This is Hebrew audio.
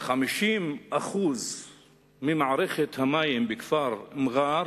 50% ממערכת המים בכפר מע'אר